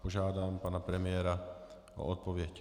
Požádám pana premiéra o odpověď.